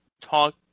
talk